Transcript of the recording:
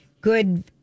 good